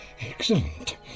Excellent